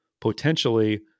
potentially